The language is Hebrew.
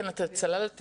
יכול להיות